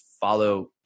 follow